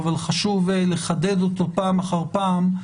אבל חשוב לחדד אותו פעם אחר פעם,